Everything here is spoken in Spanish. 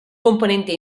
componente